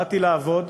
באתי לעבוד,